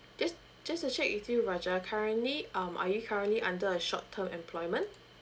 just just to check with you raja currently um are you currently under a short term employment